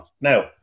now